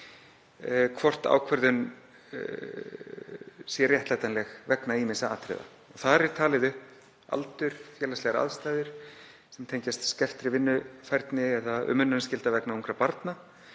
hafi verið réttlætanleg“ vegna ýmissa atriða. Þar er talinn upp aldur, félagslegar aðstæður sem tengjast skertri vinnufærni eða umönnunarskylda vegna ungra barna.